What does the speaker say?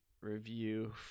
review